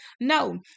No